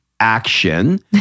Action